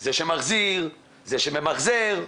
זה שמחזיר, זה שממחזר,